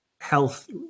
health